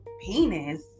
penis